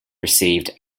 received